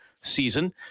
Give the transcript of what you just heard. season